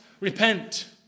repent